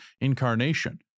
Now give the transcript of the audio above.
incarnation